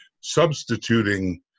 substituting